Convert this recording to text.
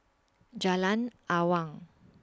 Jalan Awang